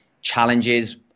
challenges